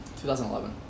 2011